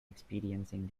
experiencing